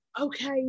okay